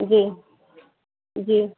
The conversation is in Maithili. जी जी